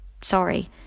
Sorry